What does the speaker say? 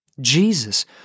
Jesus